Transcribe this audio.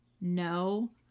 no